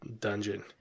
dungeon